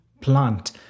plant